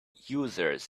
users